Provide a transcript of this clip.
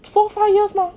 four five years mah